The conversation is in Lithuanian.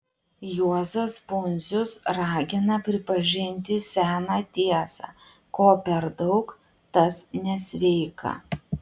juozas pundzius ragina pripažinti seną tiesą ko per daug tas nesveika